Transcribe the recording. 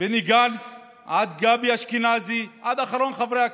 בני גנץ עד גבי אשכנזי ואחרון חברי הכנסת.